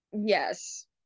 Yes